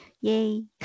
Yay